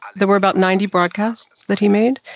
there were about ninety broadcasts that he made.